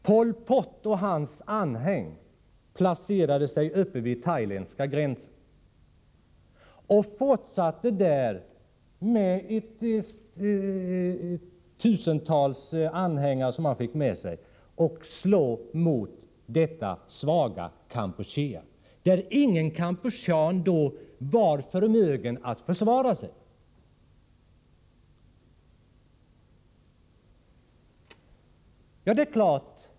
Pol Pot och ett tusental anhängare som han fick med sig placerade sig uppe vid den thailändska gränsen och fortsatte att slå mot det svaga Kampuchea, där ingen kampuchean var förmögen att försvara sig.